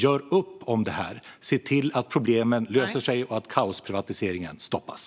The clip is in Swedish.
Gör upp om det här och se till att problemen löser sig och att kaosprivatiseringen stoppas!